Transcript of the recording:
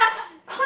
cause